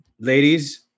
Ladies